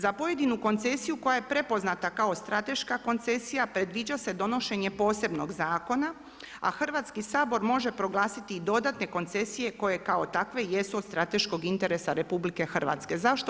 Za pojedinu koncesiju koja je prepoznata kao strateška koncesija predviđa se donošenje posebnog zakona, a Hrvatski sabor može proglasiti i dodatne koncesije koje kao takve jesu od strateškog interesa Republike Hrvatske.